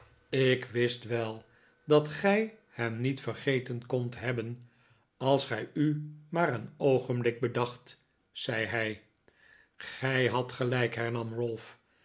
ik wist wel dat gij hem niet vergeten kondt hebben als gij u maar een oogenblik bedacht zei hij gij hadt gelijk hernam ralph